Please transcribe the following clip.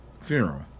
funeral